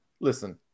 listen